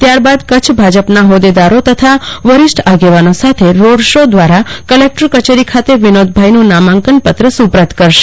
ત્યારબાદ કરછ ભાજપ નાં ફોદેદારો તથા વરિષ્ઠ આગેવાનો સાથે રોડશો દ્વારા કલેકટર કચેરી ખાતે વિનોદભાઈ નું નામાંકન પત્ર સુપ્રરત કરાશે